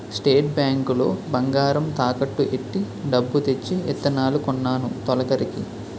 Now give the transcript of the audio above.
state bank లో బంగారం తాకట్టు ఎట్టి డబ్బు తెచ్చి ఇత్తనాలు కొన్నాను తొలకరికి